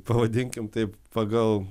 pavadinkim taip pagal